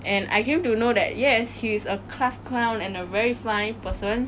and I came to know that yes he is a class clown and a very funny person